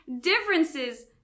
differences